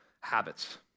habits